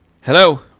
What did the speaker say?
Hello